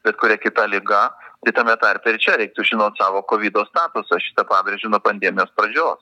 bet kuria kita liga tai tame tarpe ir čia reiktų žinot savo kovido statusą šitą pabrėžė nuo pandemijos pradžios